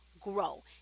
grow